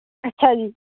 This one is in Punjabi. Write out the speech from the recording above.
ਅੱਛਾ ਜੀ